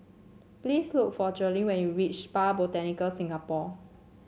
please look for Trudi when you reach Spa Botanica Singapore